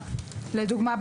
לדוגמה,